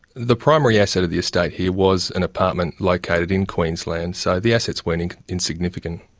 the primary asset of the estate here was an apartment located in queensland, so the assets weren't and insignificant.